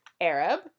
Arab